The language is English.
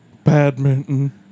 badminton